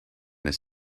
his